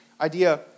idea